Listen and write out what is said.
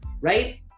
right